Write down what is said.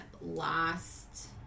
last